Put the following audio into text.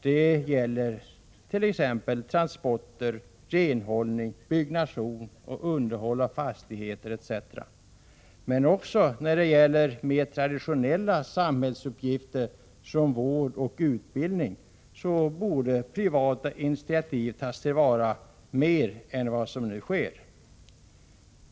Det gäller t.ex. transporter, renhållning, byggnation och underhåll av fastigheter. Men också i fråga om mer traditionella samhällsuppgifter som vård och utbildning borde privata initiativ tas till vara mer än vad som nu görs.